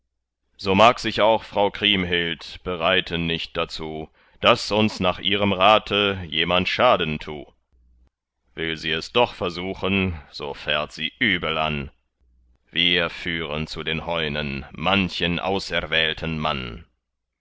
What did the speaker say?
so mag sich auch frau kriemhild bereiten nicht dazu daß uns nach ihrem rate jemand schaden tu will sie es doch versuchen so fährt sie übel an wir führen zu den heunen manchen auserwählten mann